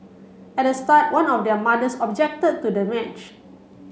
at the start one of their mothers objected to the match